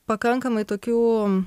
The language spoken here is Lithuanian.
pakankamai tokių